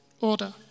order